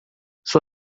sua